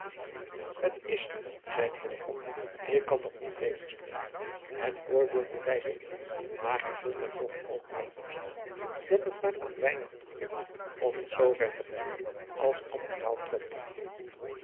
t is zoo zeide hillegonda ik kan dat niet tegenspreken het voorbeeld bewijst het hier maar gij zult mij toch ook wel toestaan dat het maar aan weinigen gelukt om het zoover te brengen als de admiraal